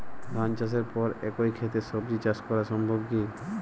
ধান চাষের পর একই ক্ষেতে সবজি চাষ করা সম্ভব কি?